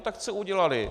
Tak co udělali?